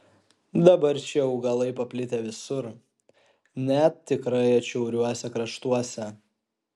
dabar šie augalai paplitę visur net tikrai atšiauriuose kraštuose